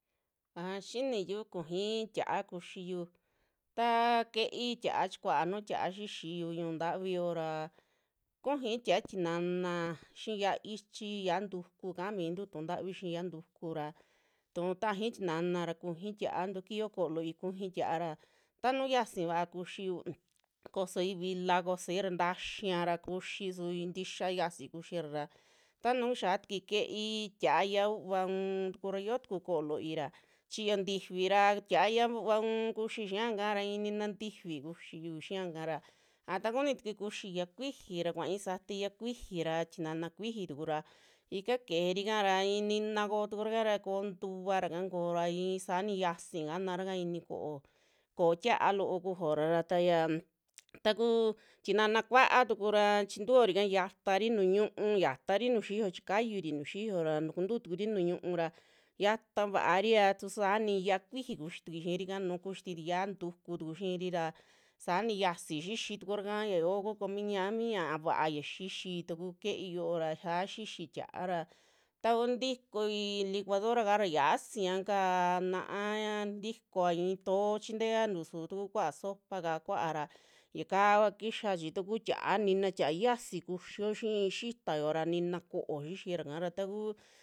Aja xiniyu kujui tia'a kuxiyu, taa ke'ei tia'a chi kuaa nuu tia'a xixiyu ñu'un ntavi yoo ra kujui tia'a tinana xii yia'a ichi, yia'a ntuku kaa mintu tu'un ntavi yi'i yia'a ntukura tuu tajai tinana ra kujui tia', tukui yo'o ko'o looi kuji tia'a ra, tanuu xiasi vaa kuxiyu kosooi vila, kosooi ra ntaxia ra kuxii su i'in tixa yasi kuxira ra, ta nuu xia tukui keei tia'a yia'a u'uva u'un tukura yio tuku ko'ó looi ra chiyoo ntifi ra tia'a yia'a u'uva uun kuxi xiakara i'i nina ntifi kuxiyu xiaka ra, a takuni tukui kuxi yia'a kuixi ra, kuai sakatai yia'a kuixi ra tinana kuixi tukura ika kejerika ra i'inina koo tukura kara ko'o ntuvaraka koo ra i'i saani yiasi kanaraka ini ko'ó, ko'ó tia'a loo kujuora ra, taaya takuu tinana kua'a tukura chintuorika yiatari nuju ñiu'u yatari tuju xiiyo chi kayuri nuju xiyo ra tukuntuu tukuri nuu ñiuu ra, yata vaari a tusa nii yia'a kuixi kuxi tukui xiirika, nu'u kuxitui yia'a ntuku tuku xiiri ra saani xiasi xixi tukura kaa, ya yoo comi ñami ña'a va'a ya xixii taku ke'ei yoo ra sa'a xixi tia'ara, takuu ntikoi licuadoraka ra yiasia kaa naa-ña ntikooa i'i too chinteantu su tuku kuaa sopaka kuaa ra yakaa vaa kixa chi takuu tia'a, nina tia'a yiasi kuxio xi'i xitao ra nina ko'ó xixira kara takuu.